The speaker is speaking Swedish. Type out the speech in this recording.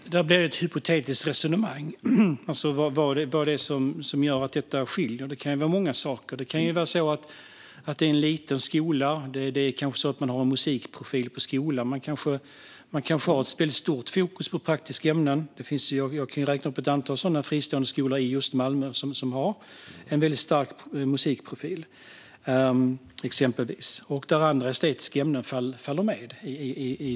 Herr talman! Det blir ett hypotetiskt resonemang. Skillnaden kan ju bero på många saker. Det kan vara en liten skola. Skolan kanske har musikprofil. Man kanske har stort fokus på praktiska ämnen. Jag kan räkna upp ett antal fristående skolor i just Malmö som har stark musikprofil, och där följer andra estetiska ämnen med.